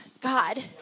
God